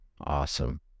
Awesome